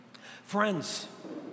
Friends